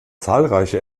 zahlreiche